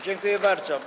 Dziękuję bardzo.